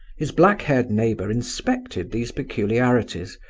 his black-haired neighbour inspected these peculiarities,